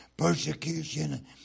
Persecution